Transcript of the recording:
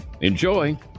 Enjoy